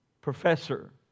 professor